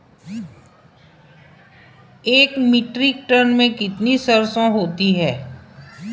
एक metric ton में कितनी सरसों होती है?